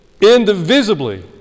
indivisibly